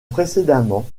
précédemment